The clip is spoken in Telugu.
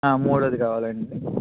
మూడవది కావలండి